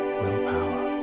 willpower